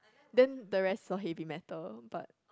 then the rest all heavy metal but